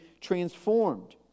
transformed